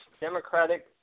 Democratic